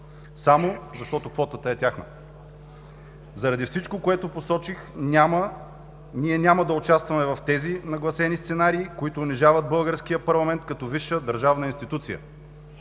само защото квотата е тяхна. Заради всичко, което посочих, ние няма да участваме в тези нагласени сценарии, които унижават българския парламент като висша държавна институция.